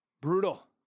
brutal